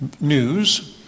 news